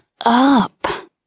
up